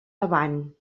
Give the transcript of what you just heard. avant